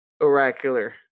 oracular